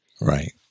Right